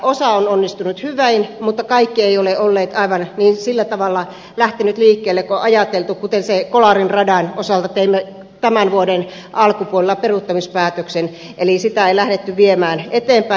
osa on onnistunut hyvin mutta kaikki eivät ole lähteneet sillä tavalla liikkeelle kuin on ajateltu kuten kolarin rata jonka osalta teimme tämän vuoden alkupuolella peruuttamispäätöksen eli sitä ei lähdetty viemään eteenpäin